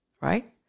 right